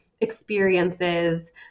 experiences